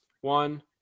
one